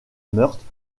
meurthe